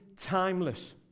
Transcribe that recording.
timeless